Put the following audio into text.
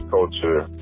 Culture